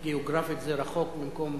גיאוגרפית זה רחוק ממקום